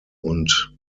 und